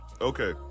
Okay